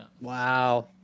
wow